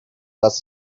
was